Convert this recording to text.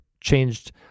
changed